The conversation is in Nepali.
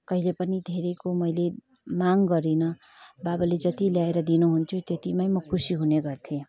कहिले पनि धेरैको मैले माग गरिनँ बाबाले जति ल्याएर दिनुहुन्थ्यो त्यतिमै म खुसी हुने गर्थेँ